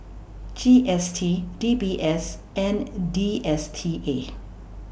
G S T D B S and D S T A